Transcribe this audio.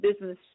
business